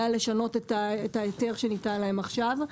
לשנות את ההיתר שניתן להם עכשיו.